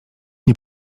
nie